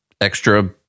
extra